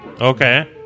Okay